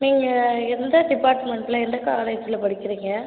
நீங்கள் எந்த டிப்பார்ட்மெண்டில் எந்த காலேஜில் படிக்கிறீங்க